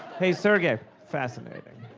hey, sergey, fascinating.